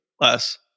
less